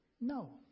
no